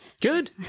good